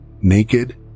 naked